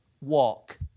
walk